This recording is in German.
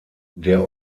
der